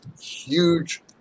huge